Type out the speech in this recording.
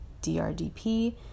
DRDP